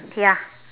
ya